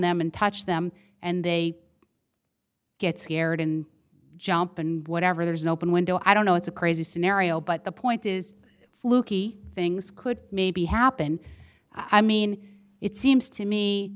them and touch them and they get scared and jump and whatever there's an open window i don't know it's a crazy scenario but the point is flukey things could maybe happen i mean it seems to me